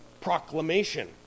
proclamation